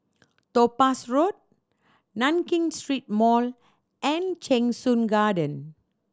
Topaz Road Nankin Street Mall and Cheng Soon Garden